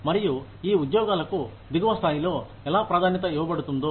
మరియుఈ ఉద్యోగాలకు దిగువ స్థాయిలో ఎలా ప్రాధాన్యత ఇవ్వబడుతుందో